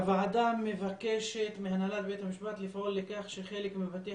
הוועדה מבקשת מהנהלת בתי המשפט לפעול לכך שחלק מבתי